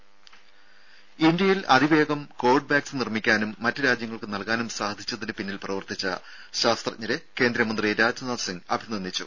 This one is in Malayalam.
രുര ഇന്ത്യയിൽ അതിവേഗം കോവിഡ് വാക്സിൻ നിർമ്മിക്കാനും മറ്റ് രാജ്യങ്ങൾക്ക് നൽകാനും സാധിച്ചതിന് പിന്നിൽ പ്രവർത്തിച്ച ശാസ്ത്രജ്ഞരെ കേന്ദ്രമന്ത്രി രാജ്നാഥ് സിംഗ് അഭിനന്ദിച്ചു